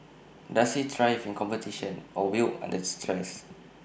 does he thrive in competition or wilt under stress